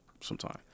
sometime